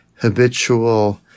habitual